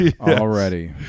already